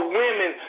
women